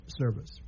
service